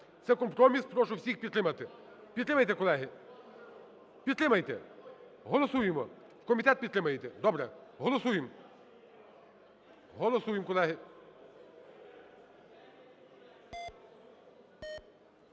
Це компроміс, прошу всіх підтримати. Підтримайте, колеги. Підтримайте! Голосуємо. В комітет підтримаєте. Добре. Голосуємо. Голосуємо, колеги.